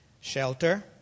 shelter